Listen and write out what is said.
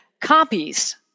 copies